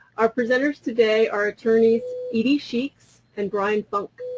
our presenters today are attorneys edie sheeks and bryan funk.